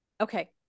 Okay